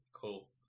Cool